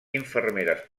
infermeres